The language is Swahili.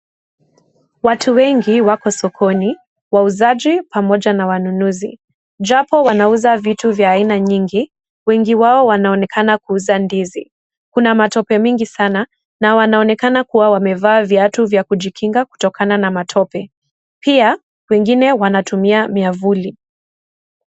Watu wengi wako sokoni, wauzaji pamoja na wanunuzi. Japo wanauza vitu vya aina nyingi, wengi wao wanaonekana kuuza ndizi. Kuna matope mingi sana na wanaonekana kuwa wamevaa viatu vya kujikinga kutokana na matope. Pia wengine wanatumia miavuli.